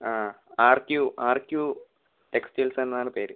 ആ R Q R Q ടെക്സ്റ്റൈൽസെന്നാണ് പേര്